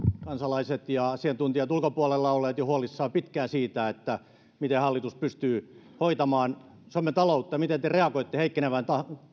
kansalaiset ja asiantuntijat ulkopuolella ovat olleet huolissaan jo pitkään siitä miten hallitus pystyy hoitamaan suomen taloutta ja miten te reagoitte heikkenevään